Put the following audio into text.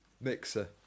Mixer